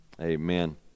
amen